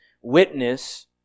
witness